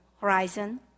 horizon